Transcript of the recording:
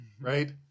Right